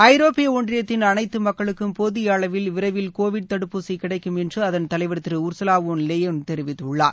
ஐரோப்பிய ஒன்றியத்தின் அனைத்து மக்களுக்கும் போதிய அளவில் விரைவில் கோவிட் தடுப்பூசி கிடைக்கும் அதன் தலைவர் என்று திரு உர்சுலா வோன் லெயேன் தெரிவித்துள்ளார்